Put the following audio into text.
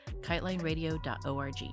kitelineradio.org